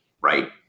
Right